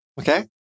Okay